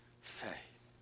faith